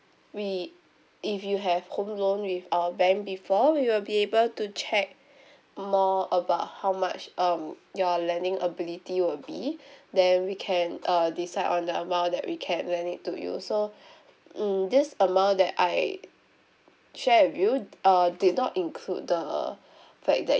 we if you have home loan with our bank before we will be able to check more about how much um you're lending ability will be then we can uh decide on the amount that we can lend it to you so mm this amount that I share with you uh did not include the fact that